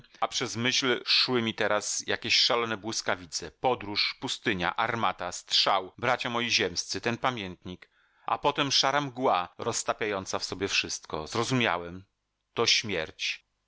a przez myśl szły mi teraz jakieś szalone błyskawice podróż pustynia armata strzał bracia moi ziemscy ten pamiętnik a potem szara mgła roztapiająca w sobie wszystko zrozumiałem to śmierć